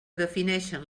defineixen